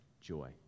joy